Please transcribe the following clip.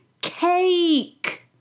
Cake